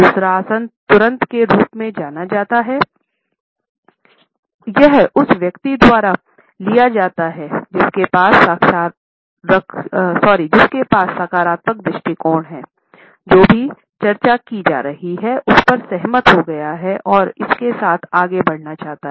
दूसरा आसन तुरंत के रूप में आसन जाना जाता है यह उस व्यक्ति द्वारा लिया जाता है जिसके पास सकारात्मक दृष्टिकोण हैं जो भी चर्चा की जा रही है उस पर सहमत हो गया है और इसके साथ आगे बढ़ना चाहता है